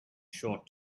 short